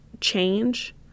change